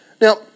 Now